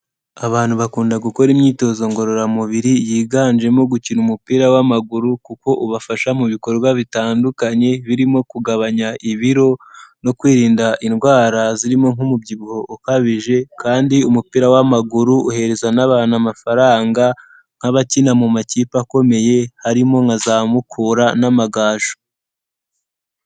Abantu bakunda gukora imyitozo ngororamubiri, yiganjemo gukina umupira w'amaguru kuko ubafasha mu bikorwa bitandukanye, birimo kugabanya ibiro no kwirinda indwara zirimo nk'umubyibuho ukabije kandi umupira w'amaguru uhereza n'abantu amafaranga nk'abakina mu makipe akomeye, harimo nka za Mukura n'Amagaju.